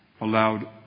allowed